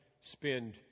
spend